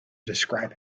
describe